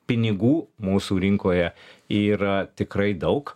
pinigų mūsų rinkoje yra tikrai daug